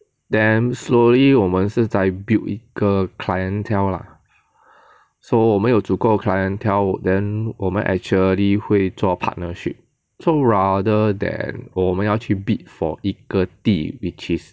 then slowly 我们是在 build 一个 clientele lah so 我们有足够的 clientele then 我们 actually 会做 partnership so rather than 我们要去 bid for 一个地 which is